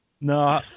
No